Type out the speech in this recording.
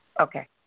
Okay